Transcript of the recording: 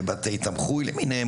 לבתי תמחוי למיניהם,